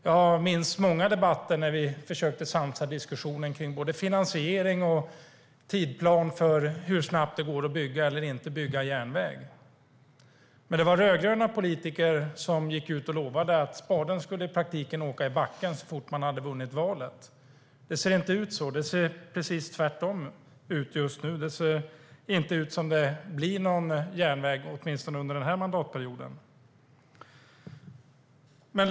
Jag minns många debatter där vi försökt sansa diskussionen kring både finansiering och tidsplan för hur snabbt det går att bygga eller inte bygga järnväg. Men det var rödgröna politiker som gick ut och lovade att spaden i praktiken skulle åka i backen så fort man vunnit valet. Det ser inte ut så just nu, utan precis tvärtom. Det ser inte ut att bli någon järnväg under den här mandatperioden åtminstone.